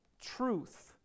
truth